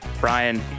Brian